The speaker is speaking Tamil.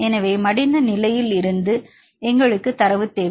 எனவே மடிந்த நிலையில் இருந்து எங்களுக்கு தரவு தேவை